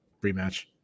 rematch